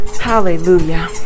hallelujah